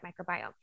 microbiome